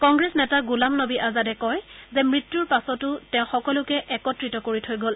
কংগ্ৰেছ নেতা গোলাম নবী আজাদে কয় যে মৃত্যুৰ পাছতো তেওঁ সকলোকে একত্ৰিত কৰি থৈ গল